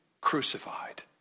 crucified